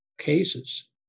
cases